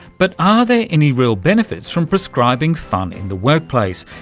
but are there any real benefits from prescribing fun in the workplace?